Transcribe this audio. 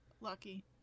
Lucky